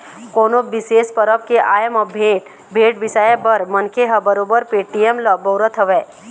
कोनो बिसेस परब के आय म भेंट, भेंट बिसाए बर मनखे ह बरोबर पेटीएम ल बउरत हवय